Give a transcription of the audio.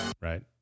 Right